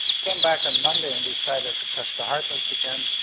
came back on monday and decided to test the hardness again,